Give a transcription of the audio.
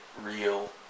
real